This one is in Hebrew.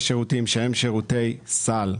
יש שירותי סל,